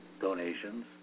donations